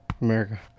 America